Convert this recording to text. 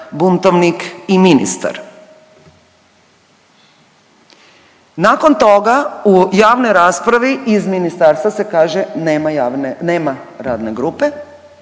buntovnik i ministar. Nakon toga u javnoj raspravi iz ministarstva se kaže nema javne,